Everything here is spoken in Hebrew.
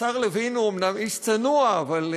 השר לוין הוא אומנם איש צנוע, אבל,